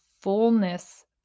fullness